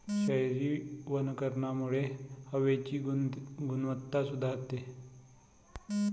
शहरी वनीकरणामुळे हवेची गुणवत्ता सुधारते